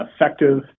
effective